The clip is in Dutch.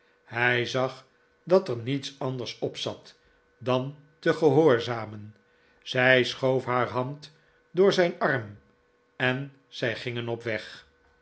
hij zag dat er niets anders op zat dan te gehoorzamen zij schoof haar hand door zijn arm en zij gingen op weg